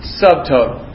subtotal